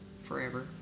forever